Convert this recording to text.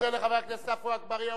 אני מאוד מודה לחבר הכנסת עפו אגבאריה,